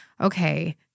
okay